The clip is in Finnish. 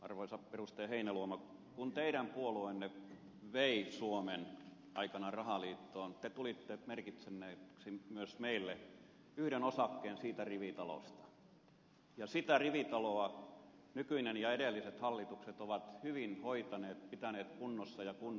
heinäluoma kun teidän puolueenne vei suomen aikanaan rahaliittoon te tulitte merkinneeksi myös meille yhden osakkeen siitä rivitalosta ja sitä rivitaloa nykyinen ja edelliset hallitukset ovat hyvin hoitaneet pitäneet kunnossa ja kunnostaneet